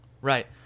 Right